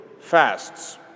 fasts